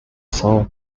sole